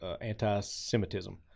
anti-Semitism